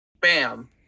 Bam